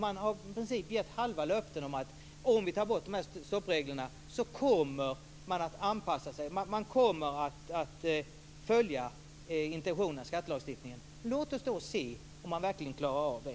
Man har i princip gett halva löften om att om vi tar bort stoppreglerna kommer man att anpassa sig och följa intentionen i skattelagstiftningens. Låt oss se om man verkligen klarar av det.